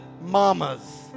mamas